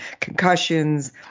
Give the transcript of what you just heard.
concussions